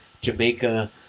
Jamaica